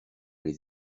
les